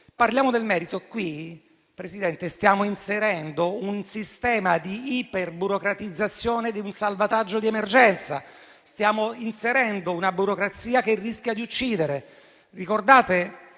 Con questo provvedimento, stiamo inserendo un sistema di iperburocratizzazione del salvataggio di emergenza. Stiamo inserendo una burocrazia che rischia di uccidere. Ricorderete